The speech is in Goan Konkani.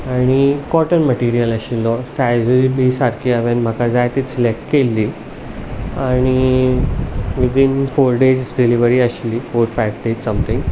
आनी कॉटन मटिरियल आशिल्लो सायझूय बी सारकी हांवेन म्हाका जाय तीच सिलेक्ट केल्ली आनी विथीन फोर डेयज डिलिव्हरी आशिल्ली फोर फायव्ह डेयज समथींग